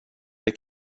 det